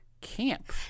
camp